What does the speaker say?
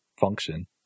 function